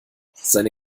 seine